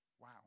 Wow